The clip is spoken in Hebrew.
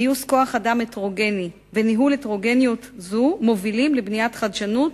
גיוס כוח-אדם הטרוגני וניהול הטרוגניות זו מובילים לבניית חדשנות,